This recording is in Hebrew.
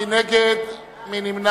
מי נגד?